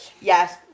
Yes